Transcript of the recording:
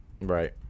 Right